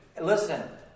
Listen